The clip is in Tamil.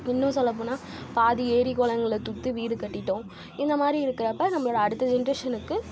இன்னும் சொல்ல போனால் பாதி ஏரி குளங்களை தூத்து வீடு கட்டிட்டோம் இந்த மாதிரி இருக்கிறப்ப நம்மளோட அடுத்த ஜெனரேஷனுக்கு